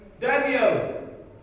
Daniel